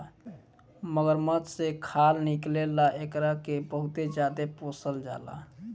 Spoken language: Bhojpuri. मगरमच्छ से खाल निकले ला एकरा के बहुते ज्यादे पोसल जाला